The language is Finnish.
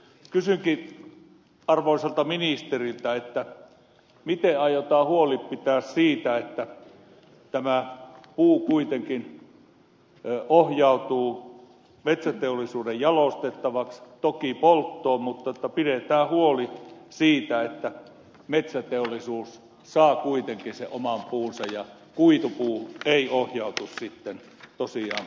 kysynkin arvoisalta ministeriltä miten aiotaan pitää huoli siitä että puu kuitenkin ohjautuu metsäteollisuuden jalostettavaksi toki polttoon mutta että pidetään huoli siitä että metsäteollisuus saa kuitenkin sen oman puunsa eikä kuitupuu ohjautuisi tosiaan poltettavaksi